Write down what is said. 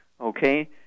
Okay